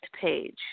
page